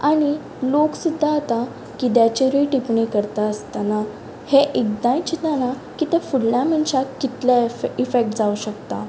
आनी लोक सुद्दां आतां कित्याचेरय टिप्पणी करता आसतना हें एकदांय चिंतना की तें फुडल्या मनशाक कितलें इफे इफेक्ट जावंक शकता